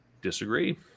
disagree